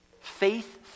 Faith